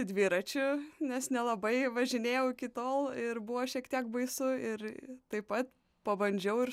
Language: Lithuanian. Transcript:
dviračiu nes nelabai važinėjau iki tol ir buvo šiek tiek baisu ir taip pat pabandžiau ir